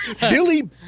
Billy